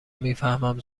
میفهمم